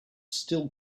still